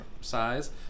size